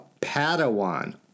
Padawan